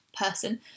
person